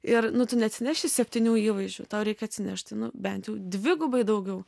ir nu tu neatsineši septynių įvaizdžių tau reikia atsinešti bent jau dvigubai daugiau